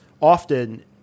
often